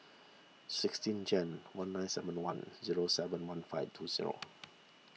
sixteen Jan one nine seven one zero seven one five two zero